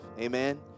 Amen